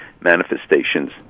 manifestations